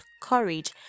courage